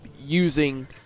using